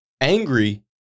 Angry